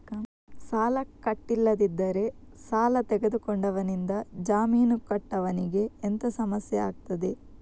ಸಾಲ ಕಟ್ಟಿಲ್ಲದಿದ್ದರೆ ಸಾಲ ತೆಗೆದುಕೊಂಡವನಿಂದ ಜಾಮೀನು ಕೊಟ್ಟವನಿಗೆ ಎಂತ ಸಮಸ್ಯೆ ಆಗ್ತದೆ?